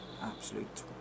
Absolute